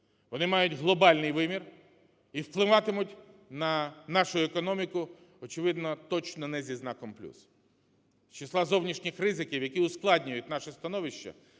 Вони мають глобальний вимір і впливатимуть на нашу економіку, очевидно, точно не зі знаком плюс. З числа зовнішніх ризиків, які ускладнюють наше становище,